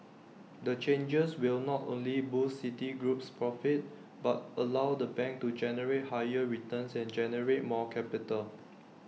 the changes will not only boost Citigroup's profits but allow the bank to generate higher returns and generate more capital